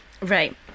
right